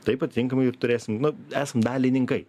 taip atitinkamai ir turėsim nu esam dalininkai